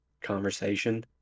conversation